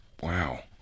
wow